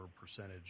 percentage